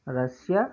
Russia